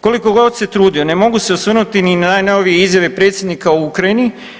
Koliko god se trudio, ne mogu se osvrnuti ni na najnovije izjave predsjednika u Ukrajini.